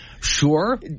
Sure